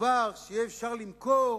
מדובר שיהיה אפשר למכור